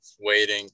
waiting